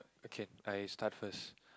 okay I start first